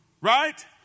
right